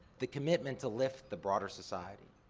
the commitment to lift the broader society.